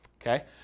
okay